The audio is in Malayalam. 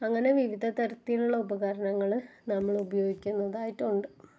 അങ്ങനെ വിവിധ തരത്തിലുള്ള ഉപകരണങ്ങള് നമ്മളുപയോഗിക്കുന്നതായിട്ട് ഉണ്ട്